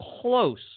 close